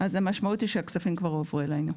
אז המשמעות היא שהכספים כבר הועברו אלינו,